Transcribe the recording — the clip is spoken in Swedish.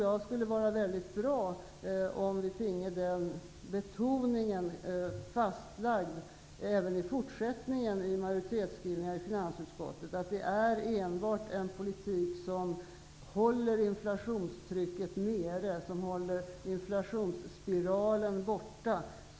Jag tror det vore väldigt bra om vi finge den betoningen fastlagd även i fortsättningen i majoritetsskrivningar i finansutskottet, att vi kan få lägre ränta bara genom en politik som håller inflationstrycket nere och inflationsspiralen borta.